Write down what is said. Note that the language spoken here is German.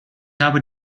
habe